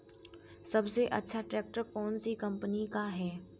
सबसे अच्छा ट्रैक्टर कौन सी कम्पनी का है?